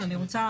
אני רוצה,